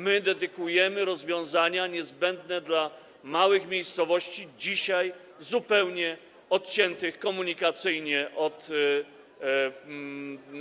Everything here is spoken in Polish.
My dedykujemy rozwiązania niezbędne dla małych miejscowości dzisiaj zupełnie odciętych komunikacyjnie od